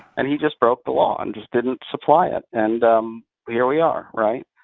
and he just broke the law and just didn't supply it. and um here we are, right?